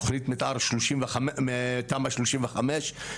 תוכנית מתאר תמ"א 35,